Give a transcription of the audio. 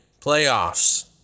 playoffs